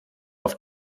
auf